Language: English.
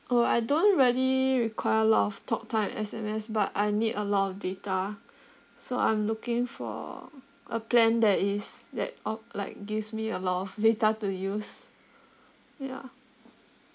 uh I don't really require a lot of talktime and S_M_S but I need a lot of data so I'm looking for a plan that is that uh like gives me a lot of data to use yeah